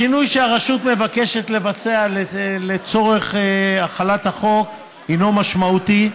השינוי שהרשות מבקשת לבצע לצורך החלת החוק הינו משמעותי,